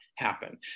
happen